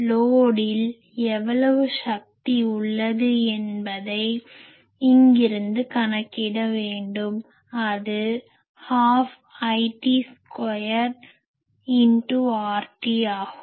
லோடில் எவ்வளவு சக்தி உள்ளது என்பதை இங்கிருந்து கணக்கிட வேண்டும் அது ½|IT|2×RT ஆகும்